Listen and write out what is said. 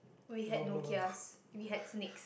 we had Nokias we had snakes